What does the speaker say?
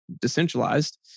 decentralized